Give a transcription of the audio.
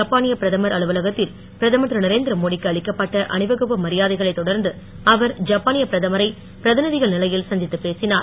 ஜப்பானியப் பிரதமர் அலுவலகத்தில் பிரதமர் திரு நரேந்திர மோடிக்கு அளிக்கப்பட்ட அணிவகுப்பு மரியாதைகளைத் தொடர்ந்து அவர் ஜப்பானியப் பிரதமரை பிரதிநிதிகள் நிலையில் சந்தித்துப் பேசினார்